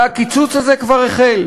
והקיצוץ הזה כבר החל,